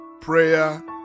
Prayer